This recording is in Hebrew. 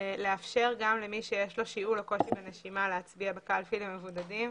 לאפשר גם למי שיש לו שיעול או קושי בנשימה להצביע בקלפי למבודדים.